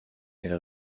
elle